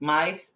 Mas